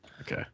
okay